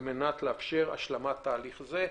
על מנת לאפשר השלמת תהליך זה".